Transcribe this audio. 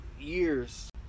Years